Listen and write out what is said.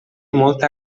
molta